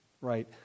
Right